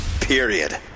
period